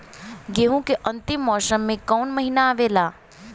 गेहूँ के अंतिम मौसम में कऊन महिना आवेला?